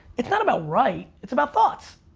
it's not about right, it's about thoughts.